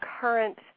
current